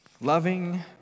loving